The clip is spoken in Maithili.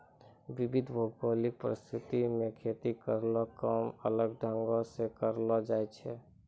विविध भौगोलिक परिस्थिति म खेती केरो काम अलग ढंग सें करलो जाय छै